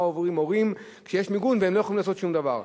מה עוברים הורים כשיש מיגון והם לא יכולים לעשות שום דבר.